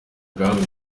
bwami